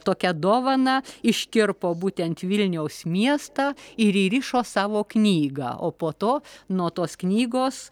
tokią dovaną iškirpo būtent vilniaus miestą ir įrišo savo knygą o po to nuo tos knygos